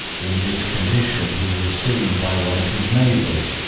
in this condition he was seen by one of his neighbours,